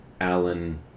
Alan